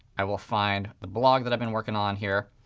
i will find the blog that i've been working on here.